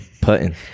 Putin